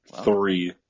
Three